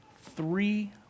three